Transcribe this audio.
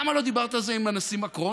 למה לא דיברת על זה עם הנשיא מקרון,